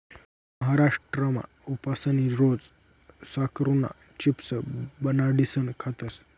महाराष्ट्रमा उपासनी रोज साकरुना चिप्स बनाडीसन खातस